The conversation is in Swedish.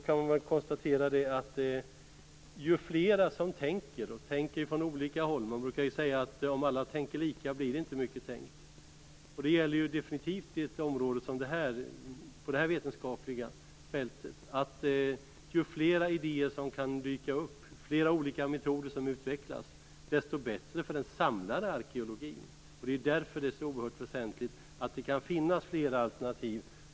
Man kan konstatera att ju fler som tänker och som tänker från olika håll, desto bättre. Man brukar ju säga att om alla tänker lika blir det inte mycket tänkt. På ett område som det här, på det här vetenskapliga fältet, gäller definitivt att ju fler idéer som dyker upp, ju fler metoder som utvecklas, desto bättre för den samlade arkeologin. Därför är det så oerhört väsentligt att det kan finnas flera alternativ.